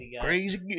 Crazy